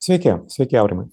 sveiki sveiki aurimai